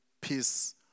peace